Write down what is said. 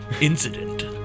incident